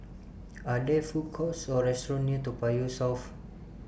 Are There Food Courts Or restaurants near Toa Payoh South